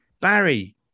Barry